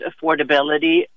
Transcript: affordability